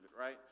right